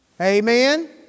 Amen